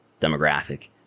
demographic